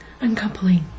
uncoupling